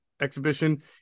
exhibition